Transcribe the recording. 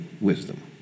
wisdom